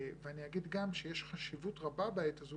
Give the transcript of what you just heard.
ואני אגיד גם שיש חשיבות רבה בעת הזו